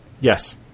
Yes